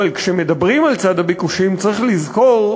אבל כשמדברים על צד הביקושים צריך לזכור,